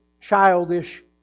childish